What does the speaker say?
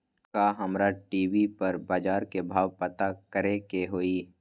का हमरा टी.वी पर बजार के भाव पता करे के होई?